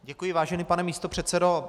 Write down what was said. Děkuji, vážený pane místopředsedo.